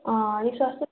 अलिक सस्तै